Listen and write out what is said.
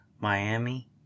Miami